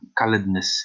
coloredness